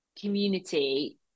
community